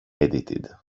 edited